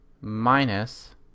minus